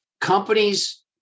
companies